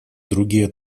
другие